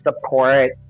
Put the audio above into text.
support